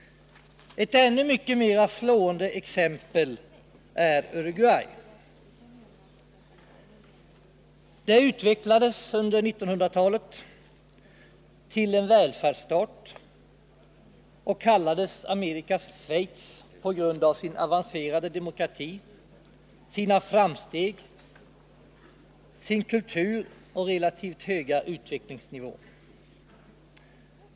Ett ännu mycket mer slående exempel är Uruguay. Det utvecklades under 1900-talet till en välfärdsstat och kallades ”Amerikas Schweiz” på grund av sin avancerade demokrati, sina framsteg, sin kultur och relativt höga utvecklingsnivå.